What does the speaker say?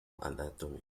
anatomy